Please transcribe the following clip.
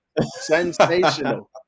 Sensational